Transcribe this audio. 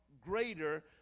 greater